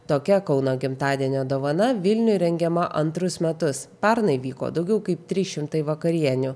tokia kauno gimtadienio dovana vilniui rengiama antrus metus pernai vyko daugiau kaip trys šimtai vakarienių